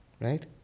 Right